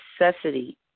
necessity